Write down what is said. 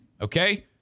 Okay